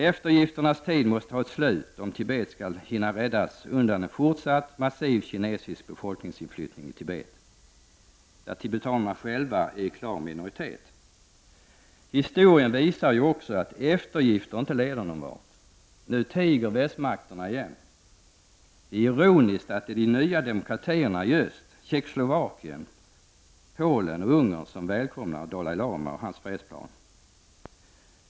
Eftergifternas tid måste få ett slut om Tibet skall hinna räddas undan en fortsatt massiv kinesisk befolkningsinflyttning till Tibet, där tibetanerna själva är i klar minoritet. Historien visar att eftergifter inte leder någonstans. Nu tiger västmakterna igen. Det är ironiskt att det är de nya demokratierna i öst, Tjeckoslavkien, Polen och Ungern, som välkomnar Dalai Lama och hans fredsplan.